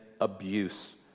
abuse